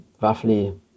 roughly